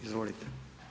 Izvolite.